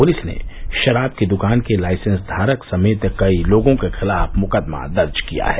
police ने शराब की दुकान के लाइसेंस धारक समेत कई लोगों के खिलाफ मुकदमा दर्ज किया है